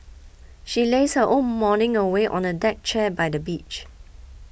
she lazed her whole morning away on a deck chair by the beach